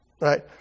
right